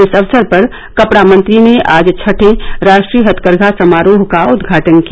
इस अवसर पर कपड़ा मंत्री ने आज छटे राष्ट्रीय हथकरघा समारोह का उद्घाटन किया